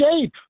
shape